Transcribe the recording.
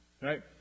right